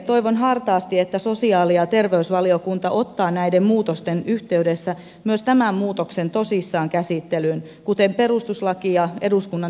toivon hartaasti että sosiaali ja terveysvaliokunta ottaa näiden muutosten yhteydessä myös tämän muutoksen tosissaan käsittelyyn kuten perustuslaki ja eduskunnan työjärjestys edellyttävät